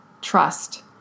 trust